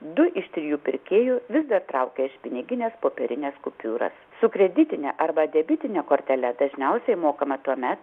du iš trijų pirkėjų vis dar traukia iš piniginės popierines kupiūras su kreditine arba debitine kortele dažniausiai mokama tuomet